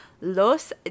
Los